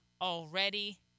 already